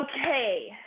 Okay